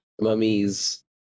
Mummies